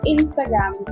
Instagram